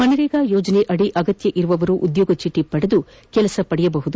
ಮ್ರೇಗಾ ಯೋಜನೆಯಡಿ ಅಗತ್ತವಿರುವವರು ಉದ್ದೋಗ ಚೀಟ ಪಡೆದು ಕೆಲಸ ಪಡೆಯಬಹುದು